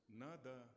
nada